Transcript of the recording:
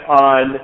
on